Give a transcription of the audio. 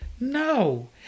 no